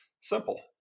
Simple